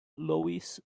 loews